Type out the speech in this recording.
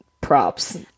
props